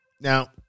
Now